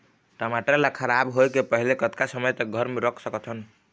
टमाटर ला खराब होय के पहले कतका समय तक घर मे रख सकत हन?